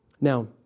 Now